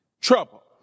trouble